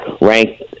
ranked